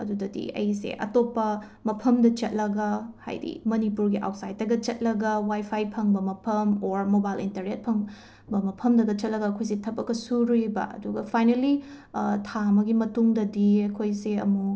ꯑꯗꯨꯗꯤ ꯑꯩꯁꯦ ꯑꯇꯣꯞꯄ ꯃꯐꯝꯗ ꯆꯠꯂꯒ ꯍꯥꯏꯗꯤ ꯃꯅꯤꯄꯨꯔꯒꯤ ꯑꯥꯎꯠꯁꯥꯏꯗꯇꯒ ꯆꯠꯂꯒ ꯋꯥꯏ ꯐꯥꯏ ꯐꯪꯕ ꯃꯐꯝ ꯑꯣꯔ ꯃꯣꯕꯥꯏꯜ ꯏꯟꯇꯔꯦꯠ ꯐꯪꯕ ꯃꯐꯝꯗꯒ ꯆꯠꯂꯒ ꯑꯩꯈꯣꯏꯁꯦ ꯊꯕꯛꯀ ꯁꯨꯔꯨꯏꯕ ꯑꯗꯨꯒ ꯐꯥꯏꯅꯦꯜꯂꯤ ꯊꯥ ꯑꯃꯒꯤ ꯃꯇꯨꯡꯗꯗꯤ ꯑꯩꯈꯣꯏꯁꯦ ꯑꯃꯨꯛ